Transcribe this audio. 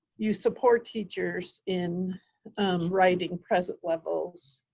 you support teachers in writing present levels?